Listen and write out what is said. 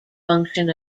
function